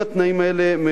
אם התנאים האלה,